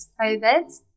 covid